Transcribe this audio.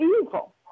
evil